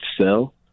sell